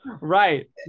right